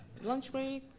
lunch break?